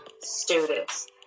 students